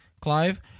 Clive